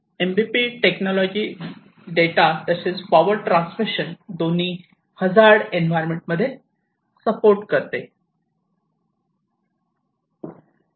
MBP technology data तसेच power transmission दोन्ही hazard environment मध्ये सपोर्ट करते